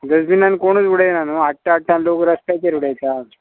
डस्टबिनान कोणूच उडयना न्हू हाडटा हाडटा लोक रस्त्याचेर उडयता